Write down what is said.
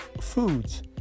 foods